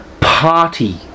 party